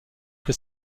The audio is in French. que